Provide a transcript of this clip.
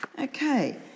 Okay